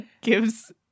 gives